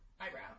eyebrow